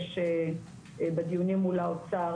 נבקש בדיונים מול האוצר,